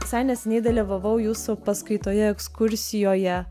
visai neseniai dalyvavau jūsų paskaitoje ekskursijoje